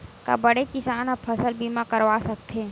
का बड़े किसान ह फसल बीमा करवा सकथे?